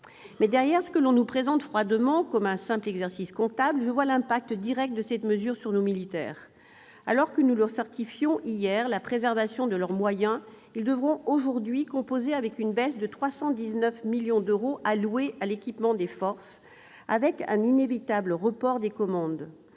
? Derrière ce que l'on nous présente froidement comme un simple exercice comptable, je vois l'impact direct de cette mesure sur nos militaires. Alors que nous leur certifiions hier la préservation de leurs moyens, ils devront aujourd'hui composer avec une baisse de 319 millions d'euros alloués à l'équipement des forces, avec un inévitable report des commandes.